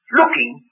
looking